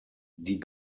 die